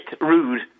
rude